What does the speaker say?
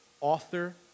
author